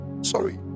sorry